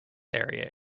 area